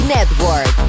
Network